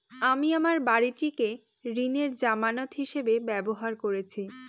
আমি আমার বাড়িটিকে ঋণের জামানত হিসাবে ব্যবহার করেছি